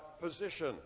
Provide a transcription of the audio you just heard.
position